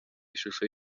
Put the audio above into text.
ishusho